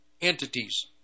entities